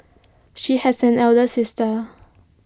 she has an elder sister